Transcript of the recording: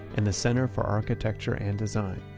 and the center for architecture and design.